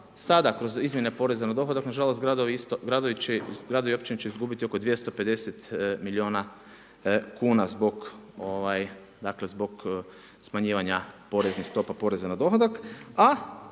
Sada kroz izmjene poreza na dohodak nažalost gradovi i općine će izgubiti oko 250 miliona kuna zbog smanjivanja poreznih stopa poreza na dohodak,